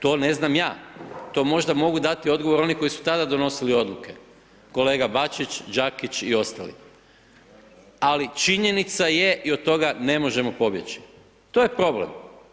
To ne znam ja, to možda mogu dati odgovor oni koji su tada donosili odluke, kolega Bačić, Đakić i ostali, ali činjenica je i od toga ne možemo pobjeći, to je problem.